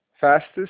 fastest